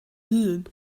hun